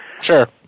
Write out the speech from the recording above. sure